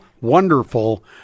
wonderful